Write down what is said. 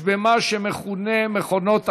בפלילים כדי לכסות את חובותיהם בכל מחיר,